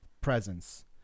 presence